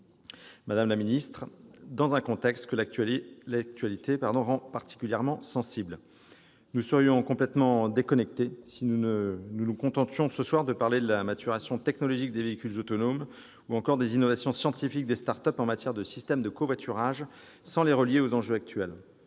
madame la ministre, dans un contexte que l'actualité rend particulièrement sensible. Nous serions complètement déconnectés si nous nous contentions en cette fin d'après-midi de parler de la maturation technologique des véhicules autonomes ou encore des innovations scientifiques des start-up en matière de systèmes de covoiturage sans les relier aux enjeux actuels.